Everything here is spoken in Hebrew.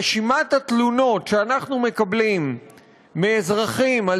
רשימת התלונות שאנחנו מקבלים מאזרחים על